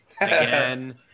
again